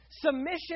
Submission